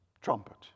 trumpet